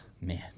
man